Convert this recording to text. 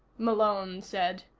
malone said.